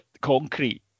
concrete